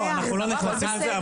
אנחנו לא נכנסים לזה.